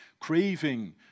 craving